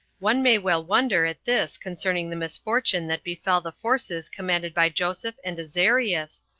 one may well wonder at this concerning the misfortune that befell the forces commanded by joseph and azarias,